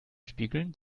spiegeln